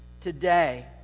today